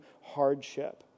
hardship